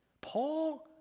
Paul